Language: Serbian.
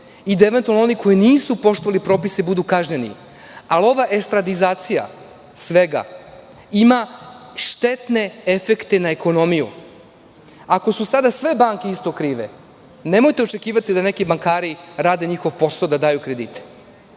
i da eventualno oni koji nisu poštovali propise budu kažnjeni. Ova estradizacija svega ima štetne efekte na ekonomiju. Ako su sada sve banke isto krive, nemojte očekivati da neki bankari rade njihov posao, da daju kredite.